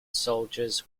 soldiers